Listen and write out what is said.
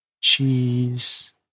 cheese